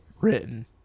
written